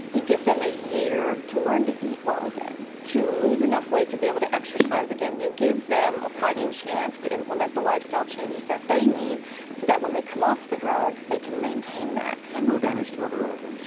you give them a year to learn to eat well again, to lose enough weight to be able to exercise again. you give them a fighting chance to implement the lifestyle changes that they need, so that when they come off the drug they can maintain that. and no damage to other organs?